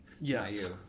Yes